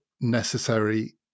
necessary